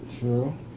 True